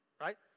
Right